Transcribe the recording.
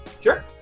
Sure